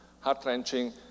Heart-wrenching